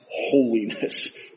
holiness